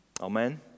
Amen